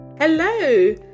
hello